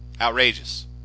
Outrageous